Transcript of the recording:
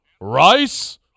Rice